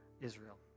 Israel